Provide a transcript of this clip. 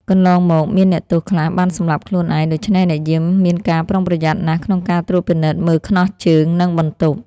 កន្លងមក មានអ្នកទោសខ្លះបានសម្លាប់ខ្លួនឯង ដូច្នេះអ្នកយាមមានការប្រុងប្រយ័ត្នណាស់ក្នុងការត្រួតពិនិត្យមើលខ្នោះជើង និងបន្ទប់ ។